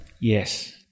Yes